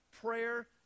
prayer